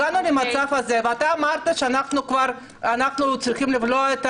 הגענו למצב הזה, ואתה אמרת שאנחנו צריכים לבלוע את